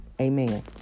amen